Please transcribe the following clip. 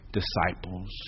disciples